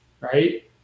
right